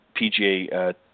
PGA